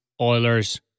Oilers